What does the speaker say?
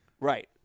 Right